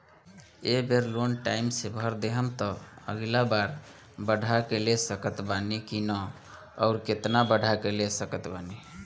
ए बेर loan time से भर देहम त अगिला बार बढ़ा के ले सकत बानी की न आउर केतना बढ़ा के ले सकत बानी?